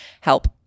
help